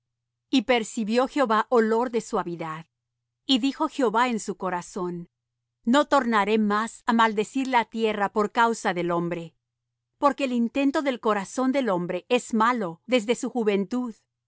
y percibió jehová olor de suavidad y dijo jehová en su corazón no tornaré más á maldecir la tierra por causa del hombre porque el intento del corazón del hombre es malo desde su juventud